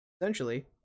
essentially